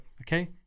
okay